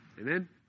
Amen